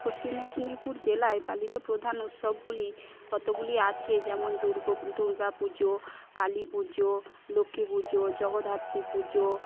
পশ্চিম মেদিনীপুর জেলায় পালিত প্রধান উৎসবগুলি কতগুলি আছে যেমন দুর্গো দুর্গাপুজো কালীপুজো লক্ষ্মী পুজো জগদ্ধাত্রী পুজো